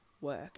work